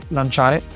lanciare